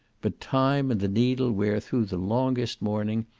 but time and the needle wear through the longest morning,